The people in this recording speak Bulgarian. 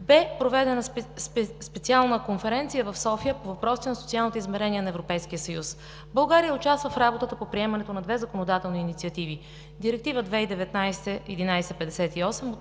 бе проведена специална конференция в София по въпросите на социалните измерения на Европейския съюз. България участва в работата по приемането на две законодателни инициативи – Директива 2019/1158